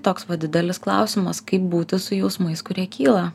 toks va didelis klausimas kaip būti su jausmais kurie kyla